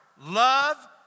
love